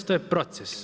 To je proces.